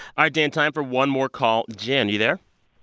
ah dan time for one more call. jen, you there?